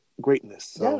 greatness